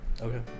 Okay